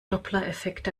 dopplereffekt